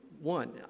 one